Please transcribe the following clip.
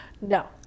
No